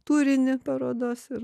turinį parodos ir